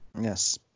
Yes